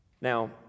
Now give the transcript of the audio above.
Now